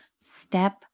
step